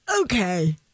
Okay